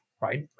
right